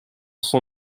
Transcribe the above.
son